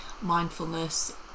mindfulness